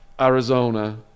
Arizona